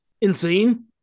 insane